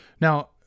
Now